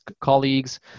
colleagues